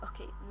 Okay